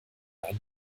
ein